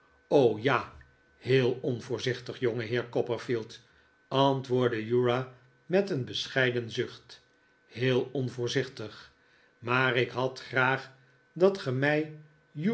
ja heel onvoorzichtig jongeheer copperfield antwoordde uriah met een bescheiden zucht heei onvoorzichtig maar ik had graag dat ge mij